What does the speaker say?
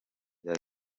bya